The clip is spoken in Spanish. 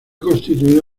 constituida